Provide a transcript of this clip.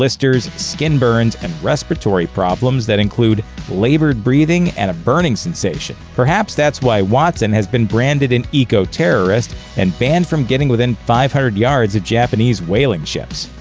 skin burns, and respiratory problems that include labored breathing and a burning sensation. perhaps that's why watson has been branded an eco-terrorist and banned from getting within five hundred yards of japanese whaling ships.